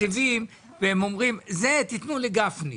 הם למשל מוסיפים תקציבים והם אומרים: זה תיתנו לגפני.